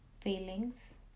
feelings